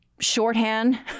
shorthand